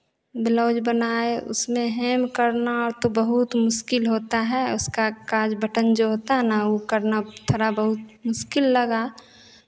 blouse बनाए उसमें hem करना तो बहुत मुश्किल होता है उसका काज बटन जो होता है ना वो करना थोड़ा बहुत मुश्किल लगा